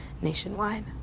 nationwide